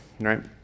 right